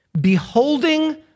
beholding